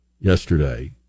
yesterday